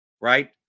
Right